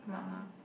mark ah